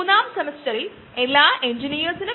അതോടൊപ്പം അതിന്റെ അനിമേഷൻ പിന്നെ ആൽഗെ തൊട്ട് ഫ്യൂൽ വരെ